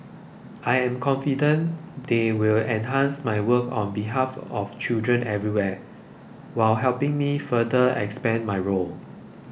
I am confident they will enhance my work on behalf of children everywhere while helping me further expand my role